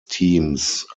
teams